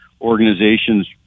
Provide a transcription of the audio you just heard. organizations